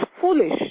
foolish